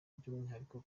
by’umwihariko